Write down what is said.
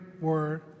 word